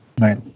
right